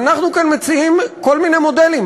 אבל אנחנו כאן מציעים כל מיני מודלים.